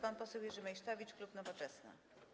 Pan poseł Jerzy Meysztowicz, klub Nowoczesna.